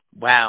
Wow